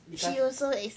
because